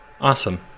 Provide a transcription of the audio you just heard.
Awesome